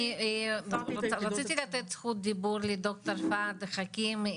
אני רציתי לתת זכות דיבור לדוקטור פהד חכים,